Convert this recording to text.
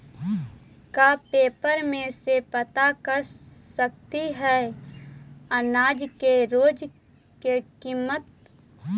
का पेपर में से पता कर सकती है अनाज के रोज के किमत?